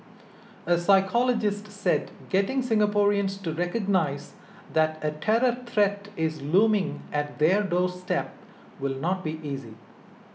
a psychologist said getting Singaporeans to recognise that a terror threat is looming at their doorstep will not be easy